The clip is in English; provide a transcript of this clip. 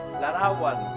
larawan